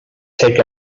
take